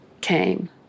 came